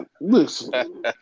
listen